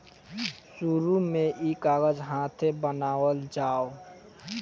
शुरु में ई कागज हाथे बनावल जाओ